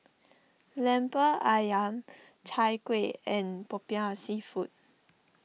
Lemper Ayam Chai Kuih and Popiah Seafood